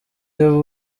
iyo